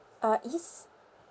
uh east